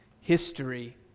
history